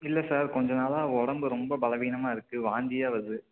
இல்லை சார் கொஞ்சம் நாளாக உடம்பு ரொம்ப பலவீனமாக இருக்குது வாந்தியாக வருது